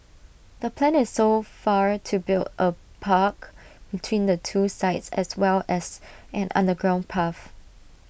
the plan is so far to build A park between the two sites as well as an underground path